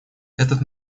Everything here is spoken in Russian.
этот